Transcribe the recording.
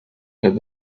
and